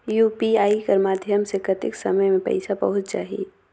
UPI कर माध्यम से कतेक समय मे पइसा पहुंच जाहि?